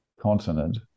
continent